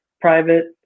private